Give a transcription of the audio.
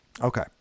Okay